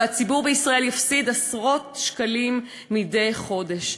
והציבור בישראל יפסיד עשרות שקלים מדי חודש.